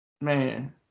Man